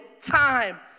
time